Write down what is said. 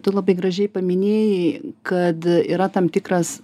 tu labai gražiai paminėjai kad yra tam tikras